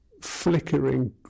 flickering